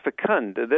fecund